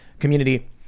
community